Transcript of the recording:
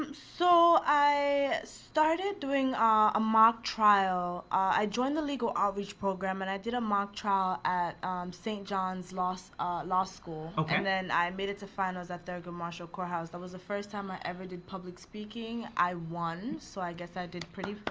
um so i started doing ah mock trial. i joined the legal outreach program and i did a mock trial at st. john's law so ah law school. and then i i made it to finals at thurgood marshall courthouse. that was the first time i ever did public speaking. i won, so i guess i did pretty fine.